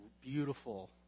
beautiful